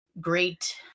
great